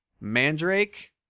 Mandrake